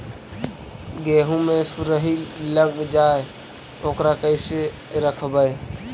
गेहू मे सुरही लग जाय है ओकरा कैसे रखबइ?